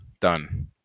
done